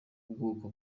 bwoko